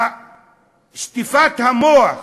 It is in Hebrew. שטיפת המוח